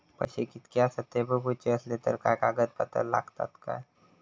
पैशे कीतके आसत ते बघुचे असले तर काय कागद पत्रा लागतात काय?